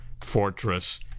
Fortress